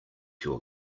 your